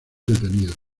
detenidos